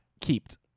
Kept